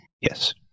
Yes